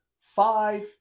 five